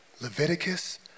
Leviticus